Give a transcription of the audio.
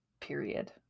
period